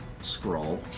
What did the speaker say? scroll